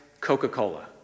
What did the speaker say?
Coca-Cola